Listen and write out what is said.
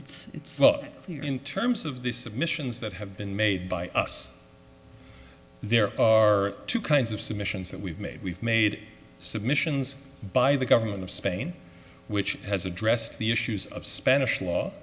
it's clear in terms of this submissions that have been made by us there are two kinds of submissions that we've made we've made submissions by the government of spain which has addressed the issues of spanish law